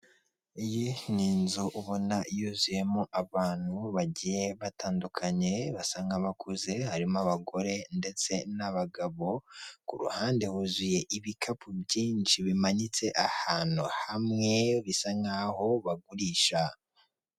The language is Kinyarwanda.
Iyi ni inzu ubona yuzuyemo abantu bagiye batandukanye basa nk'abakuze harimo abagore ndetse n'abagabo, ku ruhande huzuye ibikapu byinshi bimanitse ahantu hamwe bisa n'aho bagurisha.